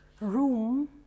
room